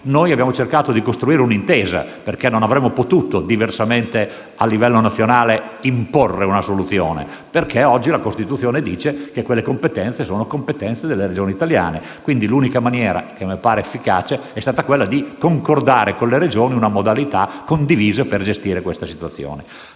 abbiamo cercato di costruire un'intesa perché diversamente non avremmo potuto al livello nazionale imporre una soluzione, perché oggi la Costituzione dice che quelle competenze sono delle Regioni italiane; quindi, l'unica maniera - che a me pare efficace - è stata quella di concordare con le Regioni una modalità condivisa per gestire questa situazione.